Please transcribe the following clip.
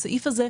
מן הסתם.